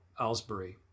Alsbury